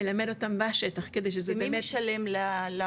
מלמד אותם בשטח כדי שזה באמת -- ומי משלם למנטור,